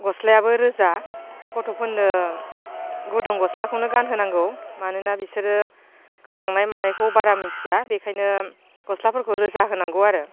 गस्लायाबो रोजा गथ'फोरनो गुदुं गस्लाखौनो गानहोनांगौ मानोना बिसोरो गोजांनाय मानायखौ बारा मिथिया बेखायनो गस्लाफोरखौ रोजा होनांगौ आरो